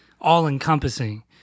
all-encompassing